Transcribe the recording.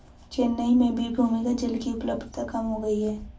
चेन्नई में भी भूमिगत जल की उपलब्धता कम हो गई है